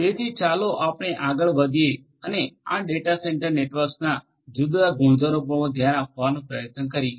તેથી ચાલો આપણે આગળ વધીએ અને આ ડેટા સેન્ટર નેટવર્ક્સના જુદા જુદા ગુણધર્મો પર ધ્યાન આપવાનો પ્રયત્ન કરીએ